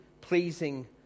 pleasing